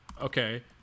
Okay